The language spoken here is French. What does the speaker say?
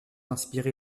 inspiré